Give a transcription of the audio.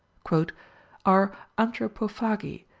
are anthropophagi,